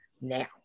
now